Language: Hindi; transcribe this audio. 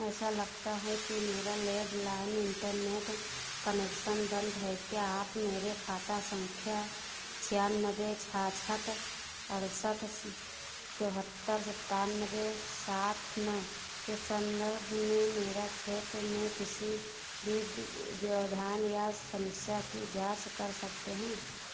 ऐसा लगता है कि मेरा लैंडलाइन इंटरनेट कनेक्शन बंद है क्या आप मेरे खाता संख्या नौ छः छः आठ छः चार सात नौ सात छह नौ के सन्दर्भ में मेरे क्षेत्र में किसी भी व्यवधान समस्या की जांच कर सकते हैं